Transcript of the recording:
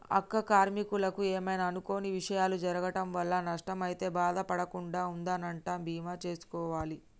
అక్క కార్మీకులకు ఏమైనా అనుకొని విషయాలు జరగటం వల్ల నష్టం అయితే బాధ పడకుండా ఉందనంటా బీమా సేసుకోవాలి